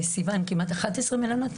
סיון, היו כמעט 11 מלונות?